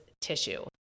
tissue